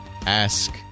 Ask